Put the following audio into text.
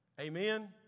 amen